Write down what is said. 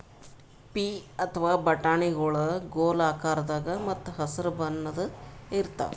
ಪೀ ಅಥವಾ ಬಟಾಣಿಗೊಳ್ ಗೋಲ್ ಆಕಾರದಾಗ ಮತ್ತ್ ಹಸರ್ ಬಣ್ಣದ್ ಇರ್ತಾವ